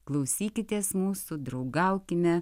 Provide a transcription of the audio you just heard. klausykitės mūsų draugaukime